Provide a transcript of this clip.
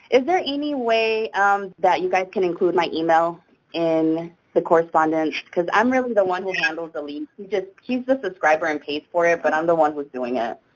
is there any way that you guys can include my email in the correspondence because i'm really the one who handles lead? he just he's the subscriber and pays for it, but i'm the one who's doing it.